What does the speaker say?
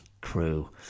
crew